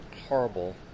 horrible